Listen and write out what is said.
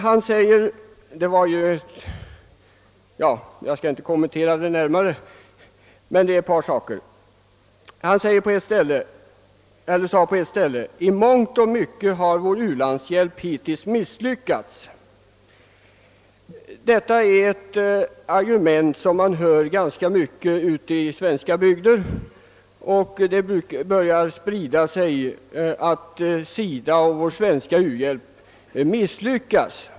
Han sade: »I mångt och mycket har vår u-landshjälp hittills misslyckats.» Detta är ett påstående som man hör ganska ofta ute i bygderna. Det börjar sprida sig en uppfattning, att SIDA och den svenska u-hjälpen har misslyckats.